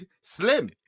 slim